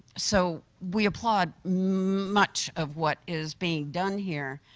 so we applaud much of what is being done here,